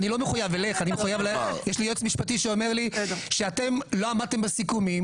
יש לי יועץ משפטי שאומר לי שאתם לא עמדתם בסיכומים